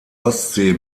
ostsee